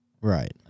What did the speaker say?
Right